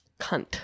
Cunt